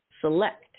select